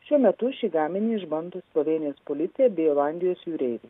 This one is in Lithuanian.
šiuo metu šį gaminį išbando slovėnijos policija bei olandijos jūreiviai